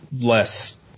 less